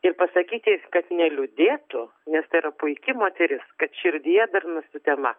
ir pasakyti kad neliūdėtų nes tai yra puiki moteris kad širdyje dar ne sutema